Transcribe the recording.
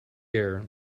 air